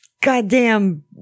goddamn